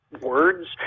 words